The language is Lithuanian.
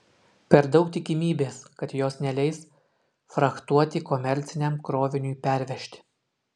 per daug tikimybės kad jos neleis frachtuoti komerciniam kroviniui pervežti